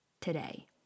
today